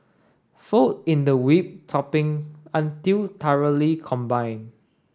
fold in the whipped topping until thoroughly combine